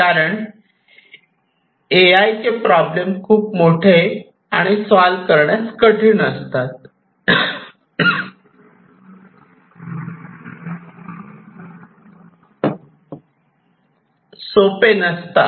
कारण A I चे problem खूप मोठे आणि सॉल करण्यास कठीण असतात सोपे नसतात